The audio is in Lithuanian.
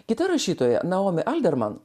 kita rašytoja naomi alderman